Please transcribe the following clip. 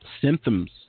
Symptoms